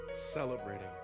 celebrating